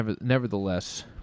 Nevertheless